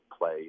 play